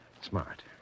smart